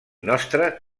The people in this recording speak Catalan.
nostre